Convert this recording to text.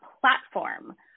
platform